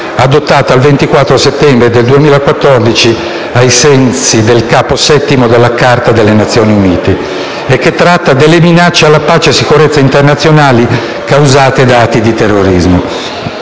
adottata il 24 settembre 2014 ai sensi del Capo VII della Carta delle Nazioni Unite e che tratta delle minacce alla pace e alla sicurezza internazionali causate da atti di terrorismo.